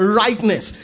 rightness